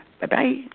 Bye-bye